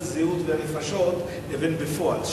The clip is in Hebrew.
הזהות במספר הנפשות למה שקורה בפועל.